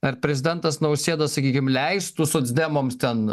ar prezidentas nausėda sakykim leistų socdemams ten